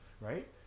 Right